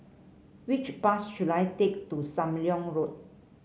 which bus should I take to Sam Leong Road